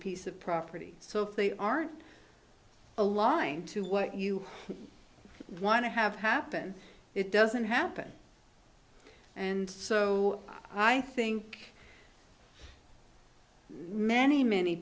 piece of property so if they aren't a line to what you want to have happen it doesn't happen and so i think many many